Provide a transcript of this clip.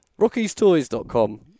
rockiestoys.com